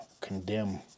condemn